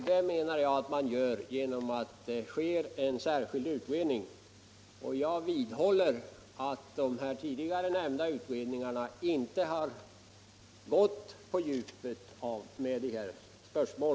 Det menar jag också att man gör, om man låter en särskild utredning se på dessa frågor. Jag vidhåller att de tidigare nämnda utredningarna inte har gått på djupet med dessa spörsmål.